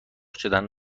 شدن